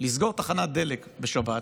לסגור תחנת דלק בשבת